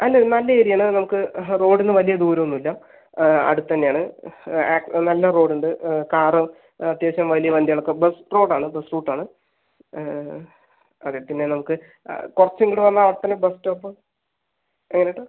അല്ല അതു നല്ല ഏരിയ ആണ് നമുക്ക് റോഡിൽനിന്ന് വലിയ ദൂരം ഒന്നും ഇല്ല അടുത്തുതന്നെ ആണ് നല്ല റോഡ് ഉണ്ട് കാറും അത്യാവശ്യം വലിയ വണ്ടികൾ ഒക്കെ ബസ്സ് റോഡ് ആണ് ബസ്സ് റൂട്ട് ആണ് അതെ പിന്നെ നമുക്ക് കുറച്ചും ഇങ്ങോട്ട് വന്നാൽ അവിടെത്തന്നെ ബസ് സ്റ്റോപ്പ് എങ്ങനെയാ ഏട്ടാ